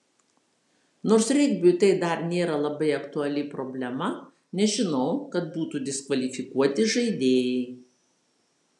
nors regbiui tai dar nėra labai aktuali problema nežinau kad būtų diskvalifikuoti žaidėjai